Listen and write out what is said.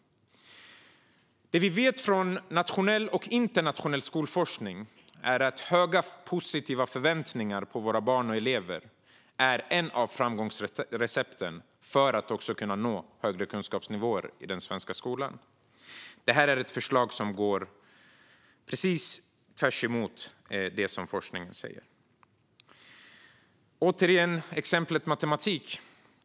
Vi vet tack vare nationell och internationell skolforskning att höga positiva förväntningar på våra barn och elever är ett av framgångsrecepten för att nå högre kunskapsnivåer i den svenska skolan. Detta är ett förslag som går precis tvärtemot det som forskningen säger. Jag återkommer till exemplet med matematik.